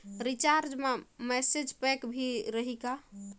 Recharge मा message pack भी रही का?